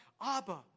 Abba